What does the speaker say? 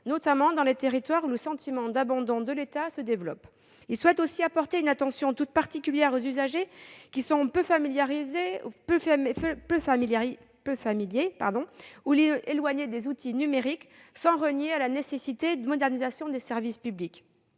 notamment dans les territoires où le sentiment d'abandon de l'État se développe. Il entend aussi porter une attention toute particulière aux usagers qui sont peu familiers, voire éloignés des outils numériques, sans renier la nécessaire modernisation des services publics.